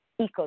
ecosystem